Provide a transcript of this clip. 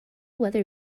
weather